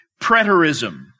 preterism